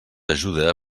ajuda